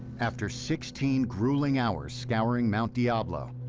after sixteen grueling hours scouring mount diablo,